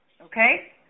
Okay